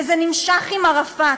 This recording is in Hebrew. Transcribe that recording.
וזה נמשך עם ערפאת,